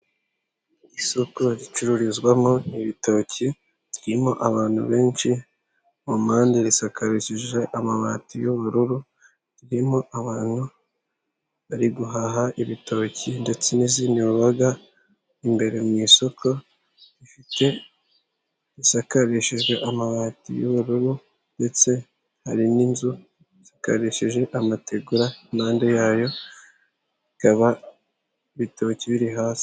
Isoko ricururizwamo ni ibitoki ririmo abantu benshi, mu mpande risakarishije amabati y'ubururu, ririmo abantu bari guhaha ibitoki ndetse n'izindi mboga imbere mu isoko rifite isakarishijwe amabati y'ubururu, ndetse hari n'inzu isakarishije amategura impande yayo hakaba ibitoki biri hasi.